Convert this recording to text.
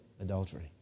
adultery